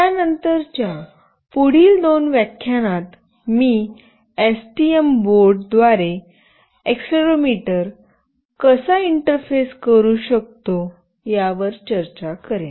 त्यानंतरच्या पुढील दोन व्याख्यानात मी एसटीएम बोर्ड द्वारे एक्सेलेरोमीटर कसा इंटरफेस करू शकतो यावर चर्चा करेन